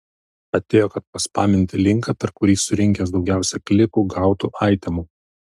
atėjo kad paspaminti linką per kurį surinkęs daugiausiai klikų gautų aitemų